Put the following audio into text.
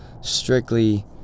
strictly